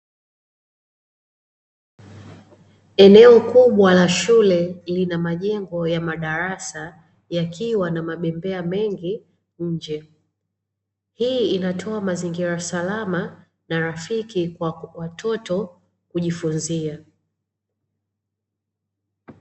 Eneo kubwa la shule lina majengo ya madarasa yakiwa na mabembea mengi nje, hii inatoa mazingira salama na rafiki kwa watoto kujifunzia.